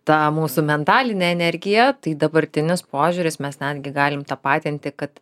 tą mūsų mentalinę energiją tai dabartinis požiūris mes netgi galim tapatinti kad